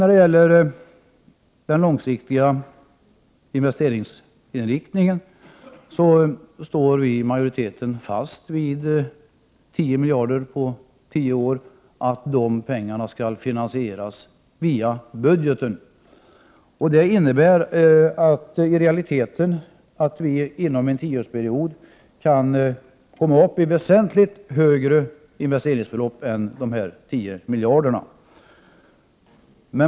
Utskottsmajoriteten står fast vid 10 miljarder kronor under en tioårsperiod när det gäller den långsiktiga investeringsinriktningen. De pengarna skall finansieras via budgeten. I realiteten innebär det att vi inom en tioårsperiod kan komma upp i väsentligt högre investeringsbelopp än de 10 miljarderna.